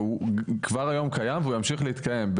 והוא כבר היום קיים והוא ימשיך להתקיים.